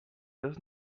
does